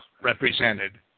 represented